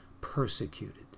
persecuted